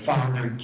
Father